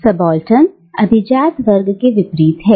subaltern अभिजात वर्ग के विपरीत है